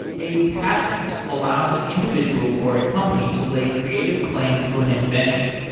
a patent allows an individual or a company to lay creative claim to an invention.